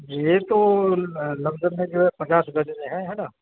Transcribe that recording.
جی یہ تو lump sum میں جو ہے پچاس روپیے دینے ہیں ہیں نا